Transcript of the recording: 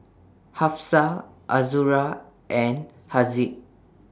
Hafsa Azura and Haziq